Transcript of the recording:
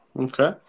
Okay